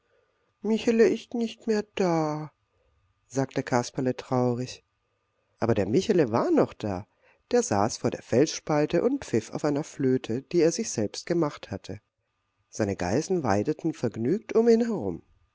michele ist nicht mehr da sagte kasperle traurig aber der michele war doch da der saß vor der felsspalte und pfiff auf einer flöte die er sich selbst gemacht hatte seine geißen weideten vergnügt um ihn herum